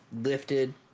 lifted